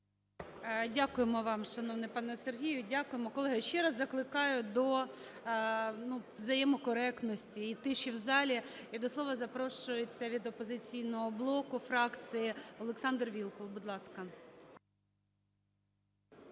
Дякуємо вам, шановний пане Сергію, дякуємо. Колеги, ще раз закликаю до взаємокоректності і тиші в залі. І до слова запрошується від "Опозиційного блоку" фракції Олександр Вілкул. Будь ласка.